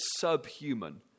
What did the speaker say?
subhuman